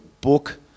book